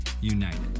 United